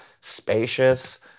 spacious